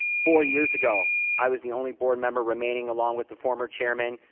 four years ago, i was the only board member remaining, along with the former chairman,